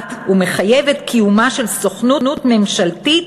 קובעת ומחייבת קיומה של סוכנות ממשלתית